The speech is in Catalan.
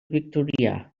victorià